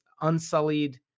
unsullied